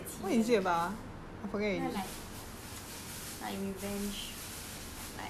you know like like revenge like 鬼故事啊